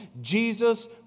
Jesus